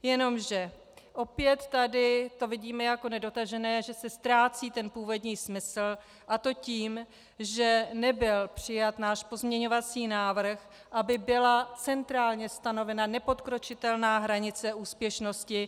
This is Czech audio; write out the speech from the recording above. Jenomže opět tady to vidíme jako nedotažené, že se ztrácí původní smysl, a to tím, že nebyl přijat náš pozměňovací návrh, aby byla centrálně stanovena nepodkročitelná hranice úspěšnosti.